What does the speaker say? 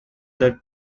that